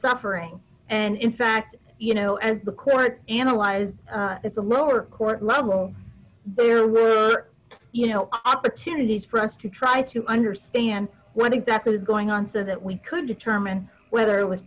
suffering and in fact you know as the court and i was at the lower court level there were you know opportunities for us to try to understand what exactly was going on so that we could determine whether it was